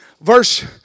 verse